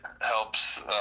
helps